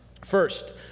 First